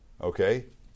Okay